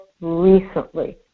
recently